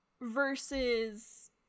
Versus